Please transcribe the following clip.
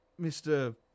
mr